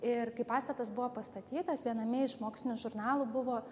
ir kai pastatas buvo pastatytas viename iš mokslinių žurnalų buvo